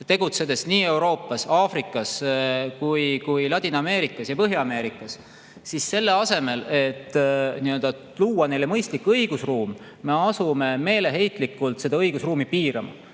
tegutsedes nii Euroopas, Aafrikas kui ka Ladina-Ameerikas ja Põhja-Ameerikas, siis selle asemel, et luua neile mõistlik õigusruum, me asume meeleheitlikult õigusruumi piirama,